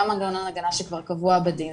גם מנגנון הגנה שכבר קבוע בדין,